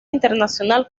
internacional